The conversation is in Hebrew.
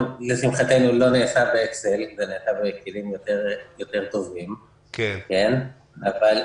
ולשמחתנו זה לא נעשה באקסל אלא זה נעשה בכלים יותר טובים אבל Given ,